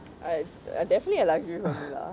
I de~ definitely a luxury for me lah